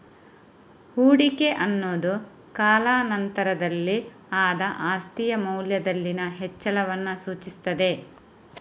ಹೂಡಿಕೆ ಅನ್ನುದು ಕಾಲಾ ನಂತರದಲ್ಲಿ ಆದ ಆಸ್ತಿಯ ಮೌಲ್ಯದಲ್ಲಿನ ಹೆಚ್ಚಳವನ್ನ ಸೂಚಿಸ್ತದೆ